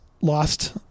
lost